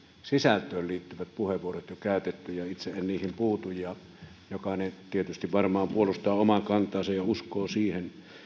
sisältöön liittyvät puheenvuorot niihin puutu jokainen tietysti varmaan puolustaa omaa kantaansa ja uskoo siihen